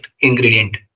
ingredient